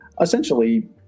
essentially